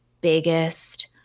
biggest